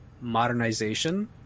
modernization